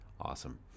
awesome